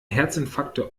herzinfarkte